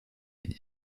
ligne